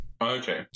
okay